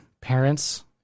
parents